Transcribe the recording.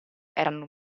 erano